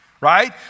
right